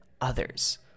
others